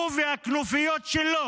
הוא והכנופיות שלו